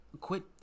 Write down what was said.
quit